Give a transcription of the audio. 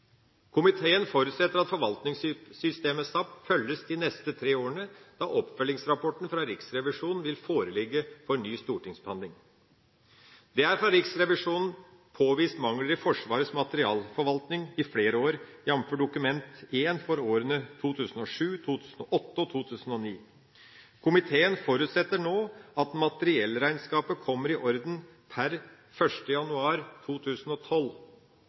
Komiteen forutsetter at forvaltningssystemet SAP følges de neste tre årene, da oppfølgingsrapporten fra Riksrevisjonen vil foreligge for ny stortingsbehandling. Det er fra Riksrevisjonen påvist mangler i Forsvarets materialforvaltning i flere år – jf. Dokument 1 for årene 2007, 2008 og 2009. Komiteen forutsetter nå at materiellregnskapet kommer i orden per 1. januar 2012,